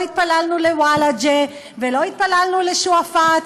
לא התפללנו לאל-וואלג'ה ולא התפללנו לשועפאט,